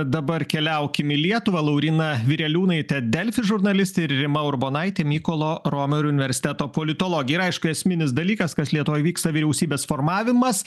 dabar keliaukim į lietuvą lauryna vireliūnaitė delfi žurnalistė ir rima urbonaitė mykolo romerio universiteto politologė ir aišku esminis dalykas kas lietuvoj vyksta vyriausybės formavimas